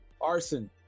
Arson